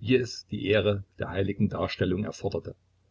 wie es die ehre der heiligen darstellung erforderte